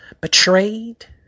betrayed